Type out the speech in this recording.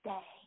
Day